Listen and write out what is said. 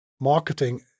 marketing